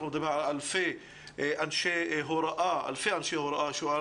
אנחנו יודעים על אלפי אנשי הוראה שאולי